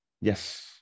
Yes